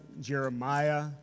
Jeremiah